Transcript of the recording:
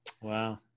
Wow